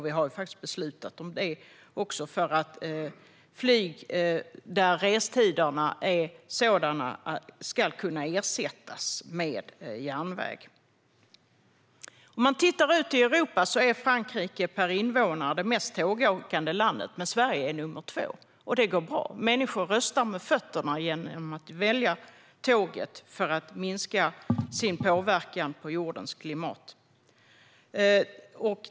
Vi har beslutat om detta när det gäller flyg där restiderna är sådana att de kan ersättas med järnväg. Sett per invånare är Frankrike det mest tågåkande landet i Europa, men Sverige är nummer två. Människor röstar med fötterna genom att välja tåget för att minska sin påverkan på jordens klimat.